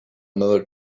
another